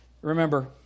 Remember